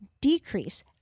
decrease